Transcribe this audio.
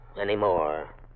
anymore